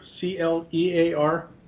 C-L-E-A-R